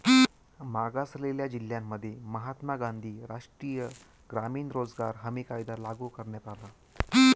मागासलेल्या जिल्ह्यांमध्ये महात्मा गांधी राष्ट्रीय ग्रामीण रोजगार हमी कायदा लागू करण्यात आला